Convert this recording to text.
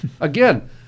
again